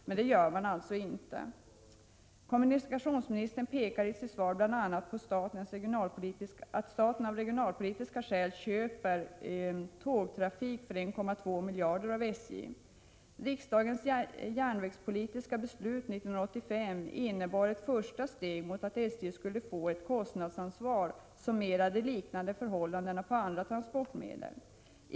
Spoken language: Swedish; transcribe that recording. Men det gör man alltså inte. Kommunikationsministern pekar i sitt svar bl.a. på att staten av regionalpolitiska skäl köper tågtrafik för 1,2 miljarder av SJ. Riksdagens järnvägspolitiska beslut 1985 innebar ett första steg mot att SJ skulle få ett kostnadsansvar som mera liknar förhållandena för andra transportmedel.